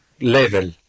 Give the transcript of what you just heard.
level